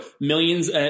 millions